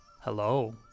Hello